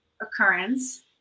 occurrence